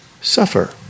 suffer